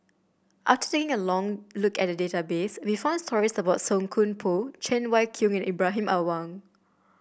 after taking a long look at the database we found stories about Song Koon Poh Cheng Wai Keung and Ibrahim Awang